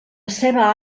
ceba